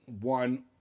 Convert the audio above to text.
one